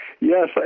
Yes